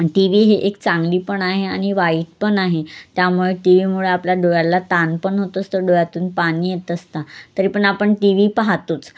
T V हे एक चांगली पण आहे आणि वाईट पण आहे त्यामुळे टी व्हीमुळे आपल्या डोळ्याला ताण पण होत असतो डोळ्यातून पाणी येत असते तरी पण आपण टी व्ही पाहतोच